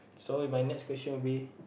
so in my next question will be